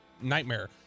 Nightmare